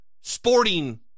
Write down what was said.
sporting